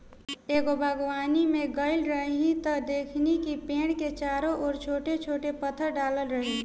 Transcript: एगो बागवानी में गइल रही त देखनी कि पेड़ के चारो ओर छोट छोट पत्थर डालल रहे